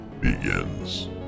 begins